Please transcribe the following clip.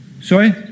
Sorry